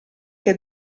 che